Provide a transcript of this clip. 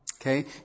Okay